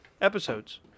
episodes